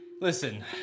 listen